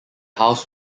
house